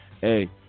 hey